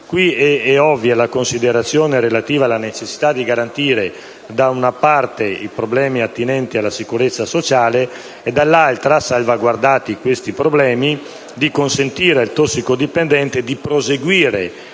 questo caso, la considerazione relativa alla necessità di garantire - da una parte - i problemi attinenti alla sicurezza sociale e - dall'altra - salvaguardati questi problemi, di consentire al tossicodipendente di proseguire